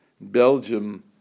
Belgium